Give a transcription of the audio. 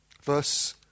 Verse